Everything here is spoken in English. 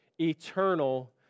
eternal